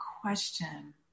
question